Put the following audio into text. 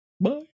bye